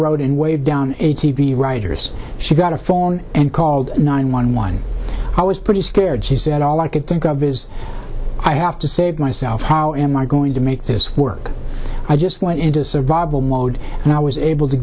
road and way down a t v writers she got a phone and called nine one one i was pretty scared she said all i could think of is i have to save myself how am i going to make this work i just went into survival mode and i was able to